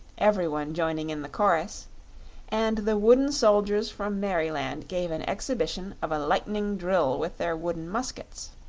every one joining in the chorus and the wooden soldiers from merryland gave an exhibition of a lightning drill with their wooden muskets